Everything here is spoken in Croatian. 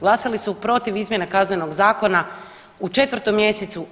Glasali su protiv izmjene Kaznenog zakona u 4. mjesecu.